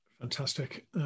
Fantastic